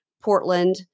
portland